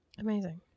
Amazing